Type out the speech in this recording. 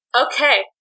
Okay